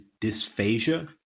dysphagia